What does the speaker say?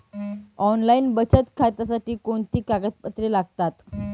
Online बचत खात्यासाठी कोणती कागदपत्रे लागतात?